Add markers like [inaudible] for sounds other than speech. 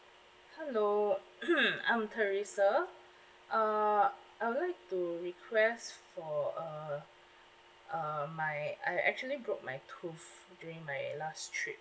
hello [coughs] I'm teresa uh I would like to request for a uh my I actually broke my tooth during my last trip